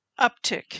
uptick